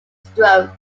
stroke